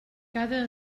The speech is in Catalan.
cada